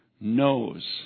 knows